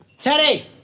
Teddy